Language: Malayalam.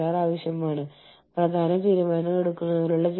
കൂടാതെ ആവശ്യാനുസരണം നിങ്ങൾ ഒത്തുചേരും